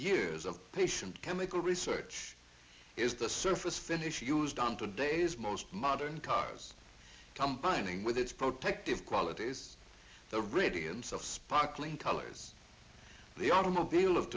years of patient chemical research is the surface finish used on today's most modern cars come pining with its protective qualities the radiance of sparkling colors the automobile of